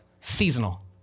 seasonal